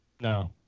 No